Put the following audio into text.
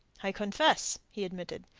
i confess, he admitted,